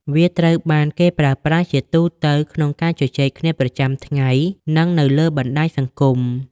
វាត្រូវបានគេប្រើប្រាស់ជាទូទៅក្នុងការជជែកគ្នាប្រចាំថ្ងៃនិងនៅលើបណ្តាញសង្គម។